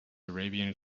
arabian